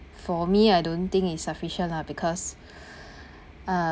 for me I don't think it's sufficient lah because uh